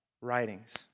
writings